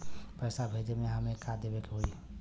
पैसा भेजे में हमे का का देवे के होई?